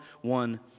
one